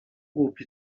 głupi